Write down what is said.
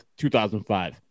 2005